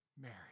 Mary